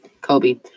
Kobe